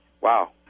Wow